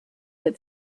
had